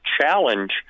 challenge